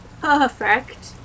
perfect